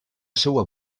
seua